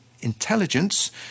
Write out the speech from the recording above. intelligence